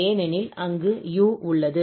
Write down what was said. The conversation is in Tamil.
ஏனெனில் அங்கு u உள்ளது